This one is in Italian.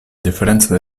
differenza